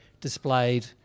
displayed